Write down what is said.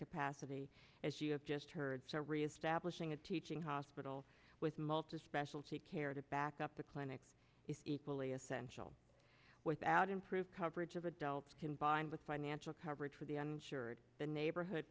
capacity as you have just heard so reestablishing a teaching hospital with multispectral take care to back up the clinics is equally essential without improved coverage of adults combined with financial coverage for the uninsured the neighborhood